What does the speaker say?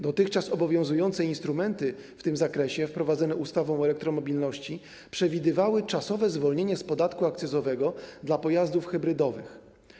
Dotychczas obowiązujące instrumenty w tym zakresie wprowadzone ustawą o elektromobilności przewidywały czasowe zwolnienie z podatku akcyzowego pojazdów hybrydowych.